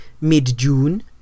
mid-June